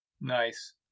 Nice